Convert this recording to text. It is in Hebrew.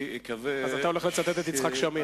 אז אתה הולך לצטט את יצחק שמיר.